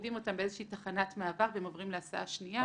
מורידים אותם באיזושהי תחנת מעבר והם עוברים להסעה שנייה.